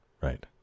Right